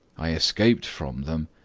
i escaped from them,